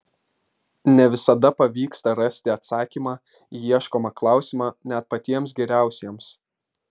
ne visada pavyksta rasti atsakymą į ieškomą klausimą net patiems geriausiems